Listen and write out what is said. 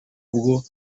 bwo